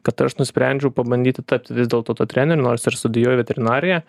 kad aš nusprendžiau pabandyti tapti vis dėlto tuo treneriu nors ir studijuoju veterinariją